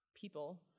people